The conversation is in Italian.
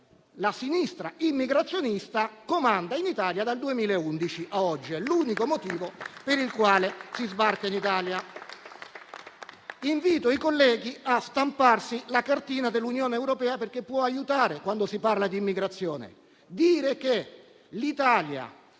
la sinistra immigrazionista comanda in Italia dal 2011 a oggi: questo è l'unico motivo per il quale si sbarca in Italia. Invito i colleghi a stampare la cartina dell'Unione europea, perché può aiutare quando si parla di immigrazione. Dire che l'Italia